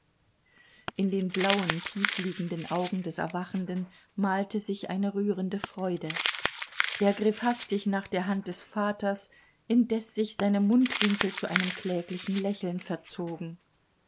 in den blauen tiefliegenden augen des erwachenden malte sich eine rührende freude er griff hastig nach der hand des vaters indes sich seine mundwinkel zu einem kläglichen lächeln verzogen